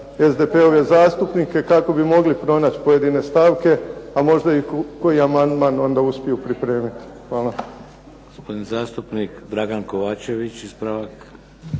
SDP-ove zastupnike kako bi mogli pronaći pojedine stavke, a možda i koji amandman uspiju onda pripremiti. Hvala. **Šeks, Vladimir (HDZ)** Gospodin zastupnik Dragan Kovačević. Ispravak.